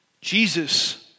Jesus